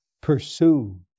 pursue